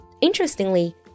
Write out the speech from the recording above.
Interestingly